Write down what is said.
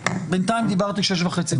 בינתיים דיברתי שש וחצי דקות.